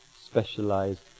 specialized